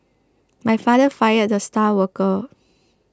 my father fired the star worker